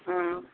हूँ